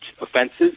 offenses